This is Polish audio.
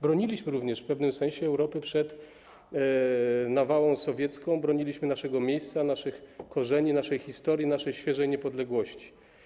Broniliśmy również w pewnym sensie Europy przed nawałą sowiecką, broniliśmy naszego miejsca, naszych korzeni, naszej historii, naszej świeżej niepodległości.